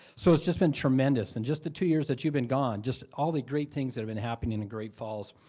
so it's just been tremendous and just the two years that she'd been gone, just all the great things that have been happening in great falls.